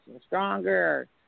stronger